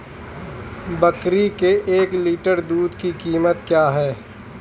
बकरी के एक लीटर दूध की कीमत क्या है?